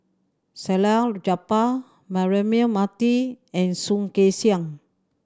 Salleh Japar Braema Mathi and Soh Kay Siang